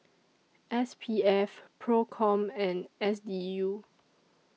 S P F PROCOM and S D U